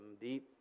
deep